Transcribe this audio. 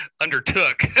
undertook